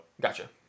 Gotcha